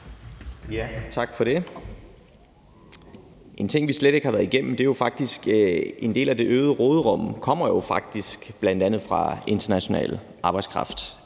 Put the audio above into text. Tak for det. En ting, vi slet ikke har været igennem, er jo, at en del af det øgede råderum faktisk kommer fra bl.a. international arbejdskraft